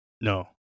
No